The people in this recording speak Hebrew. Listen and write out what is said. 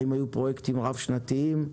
האם היו פרויקטים רב-שנתיים,